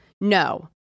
No